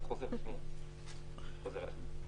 ולהחזיר לכם, אין בעיה.